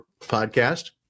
Podcast